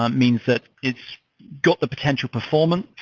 um means that it's got the potential performance.